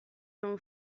non